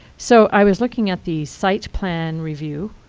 so i was looking at the site plan review,